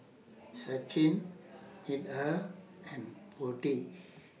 Sachin Medha and Potti